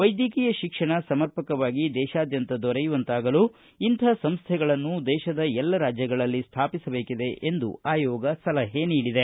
ವೈದ್ಯಕೀಯ ಶಿಕ್ಷಣ ಸಮರ್ಪಕವಾಗಿ ದೇಶಾದ್ಯಂತ ದೊರೆಯುವಂತಾಗಲು ಇಂತಹ ಸಂಸ್ಥೆಗಳನ್ನು ದೇಶದ ಎಲ್ಲ ರಾಜ್ಯಗಳಲ್ಲಿ ಸ್ಥಾಪಿಸಬೇಕಿದೆ ಎಂದು ಆಯೋಗ ಸಲಹೆ ನೀಡಿದೆ